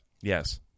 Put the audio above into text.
yes